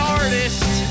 artist